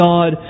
God